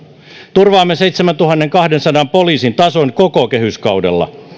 turvaamme seitsemäntuhannenkahdensadan poliisin tason koko kehyskaudella